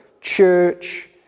church